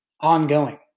ongoing